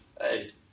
Hey